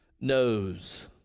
knows